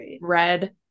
Red